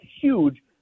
huge